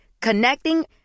Connecting